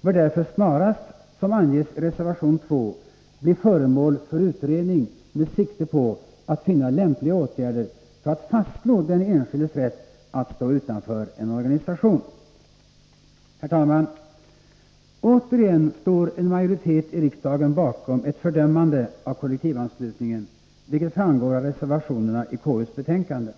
bör därför snarast, som angesi reservation 2, bli föremål för utredning med sikte på att finna lämpliga åtgärder för att fastslå den enskildes rätt att stå utanför en organisation. Herr talman! Återigen står en majoritet i riksdagen bakom ett fördömande av kollektivanslutningen, vilket framgår av reservationerna i KU:s betänkande.